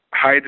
Hi